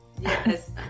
yes